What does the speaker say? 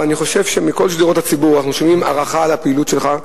אבל אני חושב שמכל שדרות הציבור אנחנו שומעים הערכה לפעילות שלך.